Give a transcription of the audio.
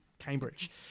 Cambridge